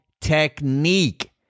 technique